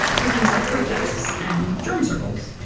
for things like protests, and drum circles,